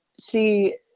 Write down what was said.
see